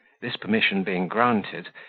this permission being granted,